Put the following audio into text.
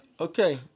okay